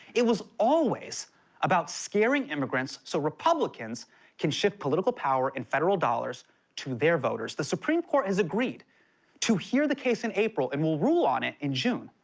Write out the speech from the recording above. it was always about scaring immigrants so republicans can shift political power in federal dollars to their voters. the supreme court has agreed to hear the case in april and will rule on it in june,